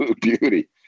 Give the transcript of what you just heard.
beauty